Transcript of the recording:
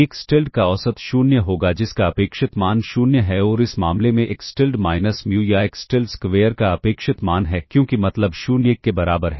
x tilde का औसत 0 होगा जिसका अपेक्षित मान 0 है और इस मामले में एक्स tilde माइनस म्यू या एक्स tilde स्क्वेयर का अपेक्षित मान है क्योंकि मतलब 0 1 के बराबर है